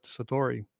Satori